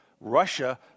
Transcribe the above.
Russia